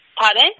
Pardon